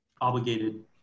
obligated